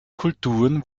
kulturen